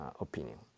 opinion